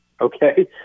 Okay